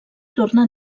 tornar